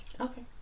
Okay